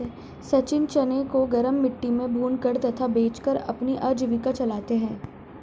सचिन चने को गरम मिट्टी में भूनकर तथा बेचकर अपनी आजीविका चलाते हैं